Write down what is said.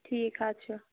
ٹھیٖک حظ چھُ